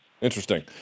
Interesting